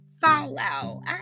fallout